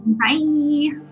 Bye